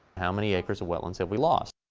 how many acres of wetlands have we lost?